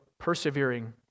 Persevering